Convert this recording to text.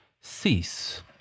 cease